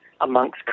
amongst